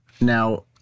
now